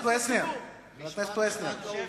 אדוני היושב-ראש, אפשר משפט?